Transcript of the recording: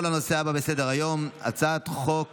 את הצעת חוק